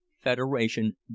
federation